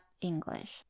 English